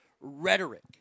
rhetoric